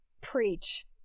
preach